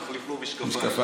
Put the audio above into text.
נחליף לו משקפיים.